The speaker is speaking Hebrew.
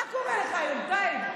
מה קורה לך היום, טייב?